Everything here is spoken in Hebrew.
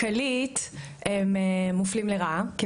הם מופלים לרעה מבחינה כלכלית,